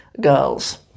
girls